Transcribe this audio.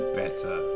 better